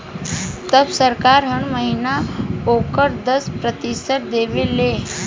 तब सरकार हर महीना ओकर दस प्रतिशत देवे ले